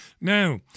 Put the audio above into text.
Now